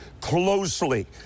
closely